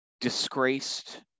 disgraced